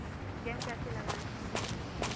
गेहूँ कैसे लगाएँ?